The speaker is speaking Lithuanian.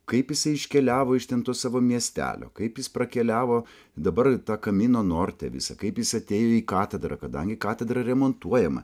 kaip jisai iškeliavo iš ten to savo miestelio kaip jis prakeliavo dabar kamino norte visą kaip jis atėjo į katedrą kadangi katedra remontuojama